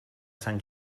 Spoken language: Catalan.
sant